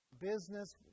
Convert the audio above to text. business